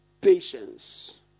Patience